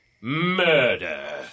Murder